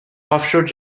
offshore